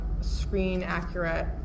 screen-accurate